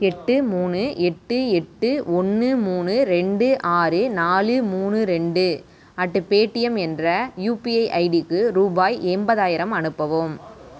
எட்டு மூணு எட்டு எட்டு ஒன்று மூணு ரெண்டு ஆறு நாலு மூணு ரெண்டு அட் பேடீம் என்ற யுபிஐ ஐடிக்கு ரூபாய் எண்பதாயிரம் அனுப்பவும்